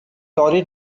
lorry